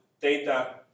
data